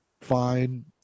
fine